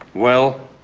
well?